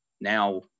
now